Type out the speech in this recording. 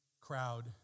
crowd